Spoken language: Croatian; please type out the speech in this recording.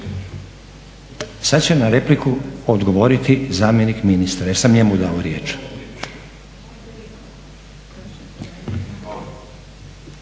Sada će na repliku odgovoriti zamjenik ministra jel sam njemu dao riječ.